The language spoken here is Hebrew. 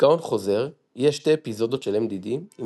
דכאון חוזר יהיה 2 אפיזודות של MDD עם